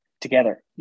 together